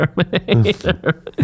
terminator